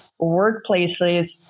workplaces